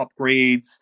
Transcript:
upgrades